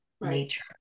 nature